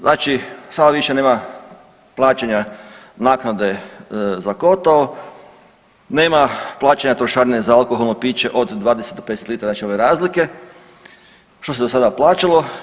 Znači sada više nema plaćanja naknade za kotao, nema plaćanja trošarine za alkoholno piće od 20 do 50 litara znači ove razlike što se do sada plaćalo.